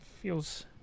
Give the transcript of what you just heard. feels